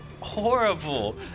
horrible